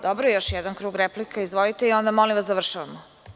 Dobro još jedan krug replika, izvolite, i onda molim vas završavamo.